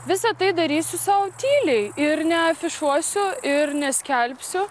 visa tai darysiu sau tyliai ir neafišuosiu ir neskelbsiu